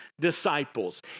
disciples